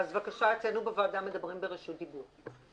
אז בבקשה, אצלנו בוועדה מדברים ברשות דיבור.